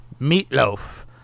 Meatloaf